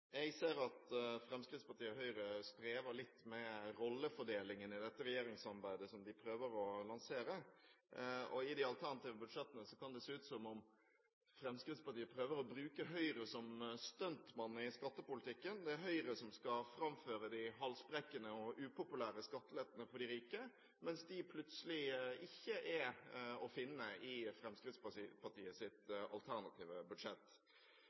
Jeg ser at Fremskrittspartiet og Høyre strever litt med rollefordelingen i det regjeringssamarbeidet som de prøver å lansere. I de alternative budsjettene kan det se ut som om Fremskrittspartiet prøver å bruke Høyre som stuntmann i skattepolitikken. Det er Høyre som skal framføre de halsbrekkende og upopulære skattelettene for de rike, mens de plutselig ikke er å finne i Fremskrittspartiets alternative budsjett.